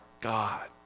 God